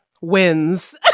wins